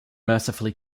mercifully